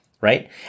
right